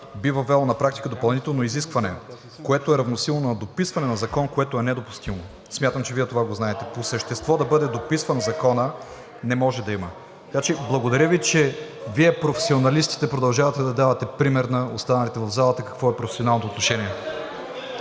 би въвело на практика допълнително изискване, което е равносилно на дописване на закон, което е недопустимо. Смятам, че Вие това го знаете – по същество да бъде дописван закон не може да има. Благодаря Ви, че Вие професионалистите продължавате да давате пример на останалите в залата какво е професионалното отношение.